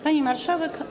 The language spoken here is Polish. Pani Marszałek!